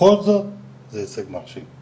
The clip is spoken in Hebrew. שבכל זאת זה הישג מרשים.